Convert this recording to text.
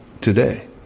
today